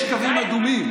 יש קווים אדומים.